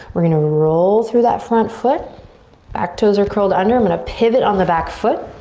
we're gonna roll through that front foot back toes are curled under, i'm gonna pivot on the back foot.